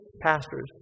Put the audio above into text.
pastors